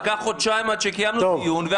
לקח חודשיים עד שקיימנו דיון,